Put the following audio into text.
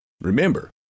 Remember